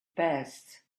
passed